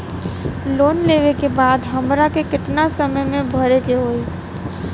Loan लेवे के बाद हमरा के कितना समय मे भरे के होई?